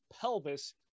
pelvis